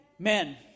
amen